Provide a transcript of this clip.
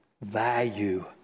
value